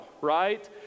right